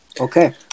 Okay